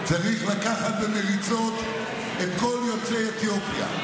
צריך לקחת במריצות את כל יוצאי אתיופיה,